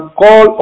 call